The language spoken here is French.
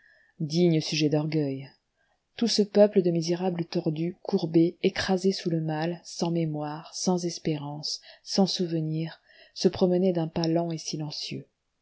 digne sujet d'orgueil tout ce peuple de misérables tordus courbés écrasés sous le mal sans mémoire sans espérance sans souvenirs se promenaient d'un pas lent et silencieux